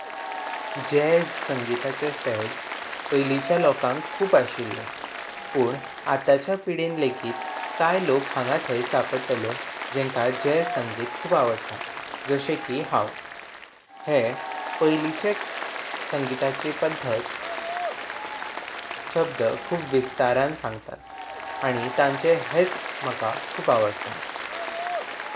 Jazz संगीताचे fad पैलिचा लोकांक खूब अशिल्ले पण आताचा पिढयें लेगिट काइ लोक हांगा थाइ सापडलें जेन्का जॅझ संगीत खूब आवडता। जशें कि हांव हे पैलिचे संगीताची पद्धत शब्द खूब विस्तारण संगता आनि तांचे हेच म्हाका खूब आवडता।